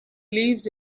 lives